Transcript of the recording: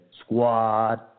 Squad